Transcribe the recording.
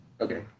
okay